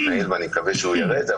אני מקווה שהוא יראה את זה,